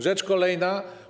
Rzecz kolejna.